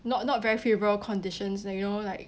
not not very favourable conditions like you know like